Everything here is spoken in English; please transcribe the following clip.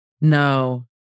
No